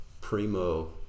primo